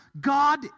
God